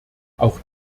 auch